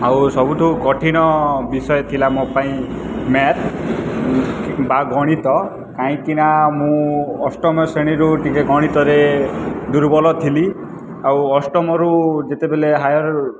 ଆଉ ସବୁଠୁ କଠିନ ବିଷୟ ଥିଲା ମୋ ପାଇଁ ମ୍ୟାଥ୍ ବା ଗଣିତ କାହିଁକିନା ମୁଁ ଅଷ୍ଟମ ଶ୍ରେଣୀରୁ ଟିକିଏ ଗଣିତରେ ଦୁର୍ବଳ ଥିଲି ଆଉ ଅଷ୍ଟମରୁ ଯେତେବେଳେ ହାୟର